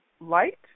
light